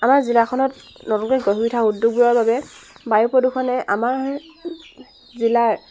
আমাৰ জিলাখনত নতুনকৈ গঢ়ি উঠা উদ্যোগবোৰৰ বাবে বায়ু প্ৰদূষণে আমাৰ জিলাৰ